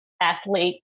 athlete